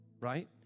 right